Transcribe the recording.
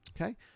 Okay